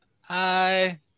hi